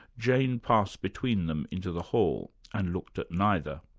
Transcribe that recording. jane passed between them into the hall and looked at neither.